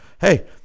hey